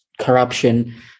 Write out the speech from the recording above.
corruption